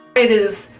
it is